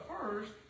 first